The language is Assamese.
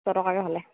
ছটকাকৈ হ'লে